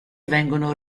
vengono